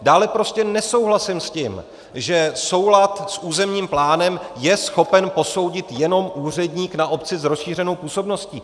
Dále prostě nesouhlasím s tím, že soulad s územním plánem je schopen posoudit jenom úředník na obci s rozšířenou působností.